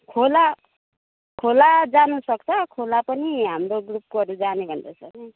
खोला खोला जानु सक्छ खोला पनि हाम्रो ग्रुपकोहरू जाने भन्दैछ र